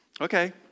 Okay